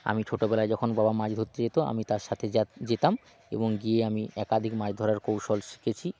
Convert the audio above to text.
আমি ছোটবেলায় যখন বাবা মাছ ধরতে যেত আমি তার সাথে যা যেতাম এবং গিয়ে আমি একাধিক মাছ ধরার কৌশল শিখেছি